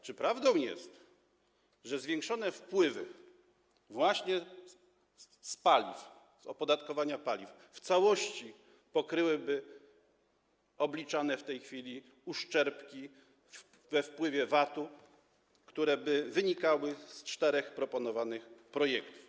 Czy prawdą jest, że zwiększone wpływy właśnie z opodatkowania paliw w całości pokryłyby obliczane w tej chwili uszczerbki we wpływach z VAT-u, które by wynikały z czterech proponowanych projektów?